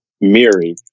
miri